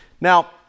now